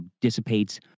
dissipates